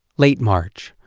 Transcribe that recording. late-march.